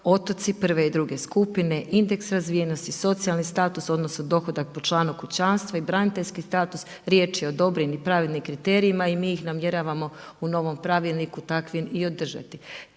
otoci prve i druge skupine, indeks razvijenosti, socijalni status, odnosno dohodak po članu kućanstva i braniteljski status. Riječ je o dobrim i pravednim kriterijima i mi ih namjeravamo u novom pravilniku takvim i održati.